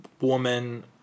woman